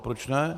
Proč ne?